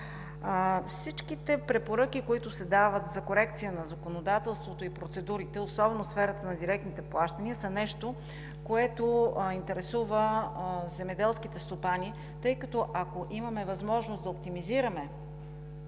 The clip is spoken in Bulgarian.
Всичките препоръки, които се дават за корекция на законодателството и процедурите, особено в сферата на директните плащания, са нещо, което интересува земеделските стопани, тъй като, ако имаме възможност да оптимизираме